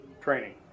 training